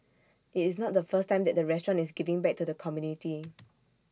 IT is not the first time that the restaurant is giving back to the community